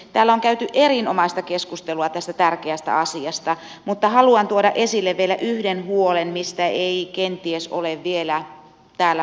täällä on käyty erinomaista keskustelua tästä tärkeästä asiasta mutta haluan tuoda esille vielä yhden huolen mistä ei kenties ole vielä täällä puhuttu